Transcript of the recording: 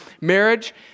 marriage